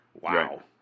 Wow